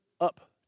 up